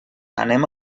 anem